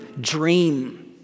dream